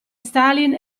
stalin